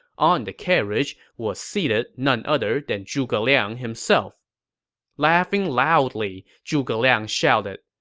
on the carriage was seated none other than zhuge liang himself laughing loudly, zhuge liang shouted,